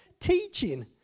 teaching